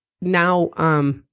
now